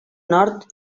nord